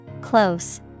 Close